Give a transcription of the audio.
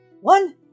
one